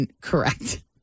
Correct